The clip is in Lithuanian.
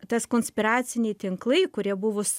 tas konspiraciniai tinklai kurie buvus